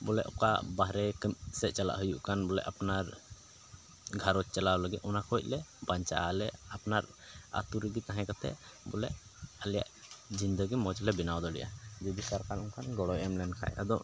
ᱵᱚᱞᱮ ᱚᱠᱟ ᱵᱟᱦᱨᱮ ᱠᱟᱹᱢᱤ ᱥᱮᱫ ᱪᱟᱞᱟᱜ ᱦᱩᱭᱩᱜ ᱠᱷᱟᱱ ᱵᱚᱞᱮ ᱟᱯᱱᱟᱨ ᱜᱷᱟᱨᱚᱸᱡᱽ ᱪᱟᱞᱟᱣ ᱞᱟᱹᱜᱤᱫ ᱚᱱᱟ ᱠᱷᱚᱱ ᱞᱮ ᱵᱟᱧᱪᱟᱣ ᱟᱞᱮ ᱟᱯᱱᱟᱨ ᱟᱹᱛᱩ ᱨᱮᱜᱮ ᱛᱟᱦᱮᱸ ᱠᱟᱛᱮᱫ ᱵᱚᱞᱮ ᱟᱞᱮᱭᱟᱜ ᱡᱤᱱᱫᱮᱜᱤ ᱢᱚᱡᱽ ᱞᱮ ᱵᱮᱱᱟᱣ ᱫᱟᱲᱮᱭᱟᱜᱼᱟ ᱡᱩᱫᱤ ᱥᱚᱨᱠᱟᱨ ᱚᱱᱠᱟᱱ ᱜᱚᱲᱚᱭ ᱮᱢ ᱞᱮᱱᱠᱷᱟᱱ ᱟᱫᱚ